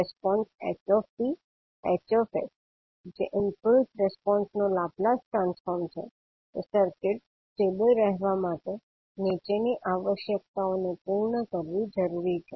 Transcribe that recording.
response ℎ𝑡 𝐻𝑠 જે impulse રિસ્પોન્સનો Laplace transform છે તે સર્કિટ સ્ટેબલ રહેવા માટે નીચેની આવશ્યકતાઓને પૂર્ણ કરવી જરૂરી છે